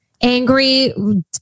angry